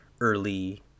early